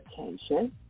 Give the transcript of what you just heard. attention